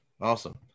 Awesome